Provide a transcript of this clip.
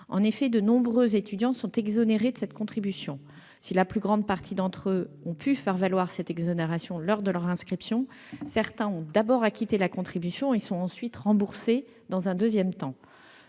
En effet, de nombreux étudiants sont exonérés de cette contribution : si la plus grande partie d'entre eux ont pu faire valoir cette exonération lors de leur inscription, certains ont d'abord acquitté la contribution et seront remboursés dans un second temps.